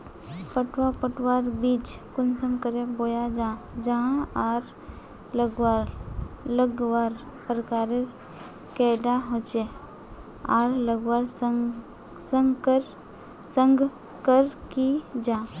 पटवा पटवार बीज कुंसम करे बोया जाहा जाहा आर लगवार प्रकारेर कैडा होचे आर लगवार संगकर की जाहा?